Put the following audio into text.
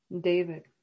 David